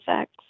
sex